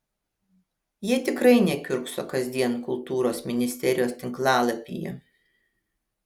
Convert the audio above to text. jie tikrai nekiurkso kasdien kultūros ministerijos tinklalapyje